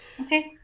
okay